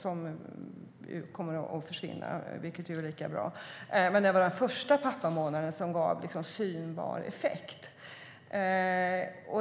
Den kommer att försvinna, vilket är lika bra. Det var den första pappamånaden som gav synbar effekt.